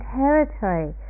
territory